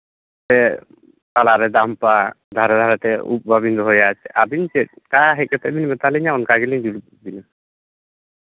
ᱥᱮ ᱛᱟᱞᱟᱨᱮ ᱫᱟᱢᱯᱟ ᱫᱷᱟᱨᱮ ᱫᱷᱟᱨᱮᱛᱮ ᱩᱵ ᱵᱟᱹᱵᱤᱱ ᱫᱚᱦᱚᱭᱟ ᱟᱹᱵᱤᱱ ᱪᱮᱫ ᱠᱟ ᱦᱮᱡ ᱠᱟᱛᱮᱫ ᱵᱤᱱ ᱢᱮᱛᱟᱞᱤᱧᱟ ᱚᱱᱠᱟ ᱜᱮᱞᱤᱧ ᱡᱩᱞᱩᱯ ᱵᱤᱱᱟ